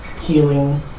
healing